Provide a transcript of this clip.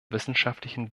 wissenschaftlichen